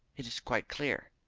it is quite clear.